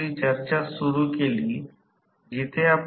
म्हणजे x 2 कडे दुर्लक्ष करीत आहोत